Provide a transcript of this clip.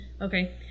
Okay